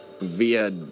via